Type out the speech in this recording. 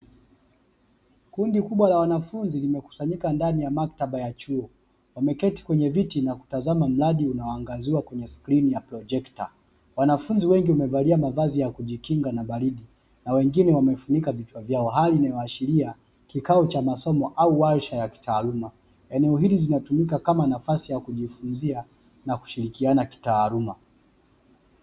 Kundi kubwa la wanafunzi limekusanyika ndani ya maktaba ya chuo, wameketi kwenye viti na kutazama mradi unaoangaziwa kwenye skrini ya projekta. Wanafunzi wengi wamevalia mavazi ya kujikinga na baridi na wengine wamefunika vichwa vyao. Hali ni inaashiria kikao cha masomo au warsha ya kitaaluma. Eneo hili linatumika kama nafasi ya kujifunzia na kushirikiana kitaaluma.